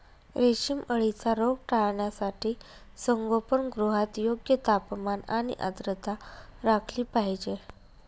रेशीम अळीचा रोग टाळण्यासाठी संगोपनगृहात योग्य तापमान आणि आर्द्रता राखली पाहिजे